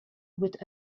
with